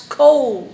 cold